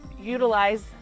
utilize